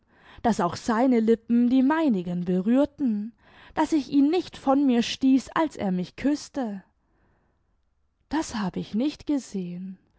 daß auch seine lippen die meinigen berührten daß ich ihn nicht von mir stieß als er mich küßte das hab ich nicht gesehen